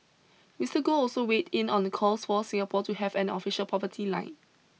Mister Goh also weighed in on calls for Singapore to have an official poverty line